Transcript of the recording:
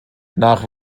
nach